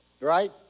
Right